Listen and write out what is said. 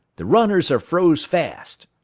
the runners are froze fast.